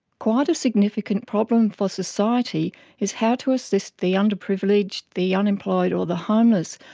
quite a significant problem for society is how to assist the underprivileged, the unemployed or the homeless.